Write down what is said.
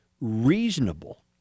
reasonable